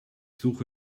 suche